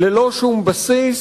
ללא שום בסיס,